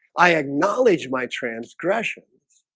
i acknowledge my transgressions